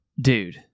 Dude